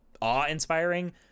awe-inspiring